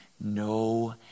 no